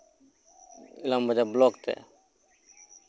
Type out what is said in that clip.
ᱤᱞᱟᱢ ᱵᱟᱡᱟᱨ ᱵᱞᱚᱠ ᱛᱮ